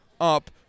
up